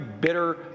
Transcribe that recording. bitter